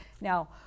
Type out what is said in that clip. Now